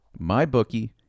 MyBookie